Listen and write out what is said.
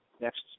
next